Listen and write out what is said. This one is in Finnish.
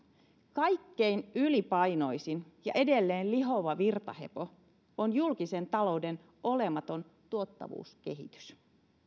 kaikkein ylipainoisin ja edelleen lihova virtahepo on julkisen talouden olematon tuottavuuskehitys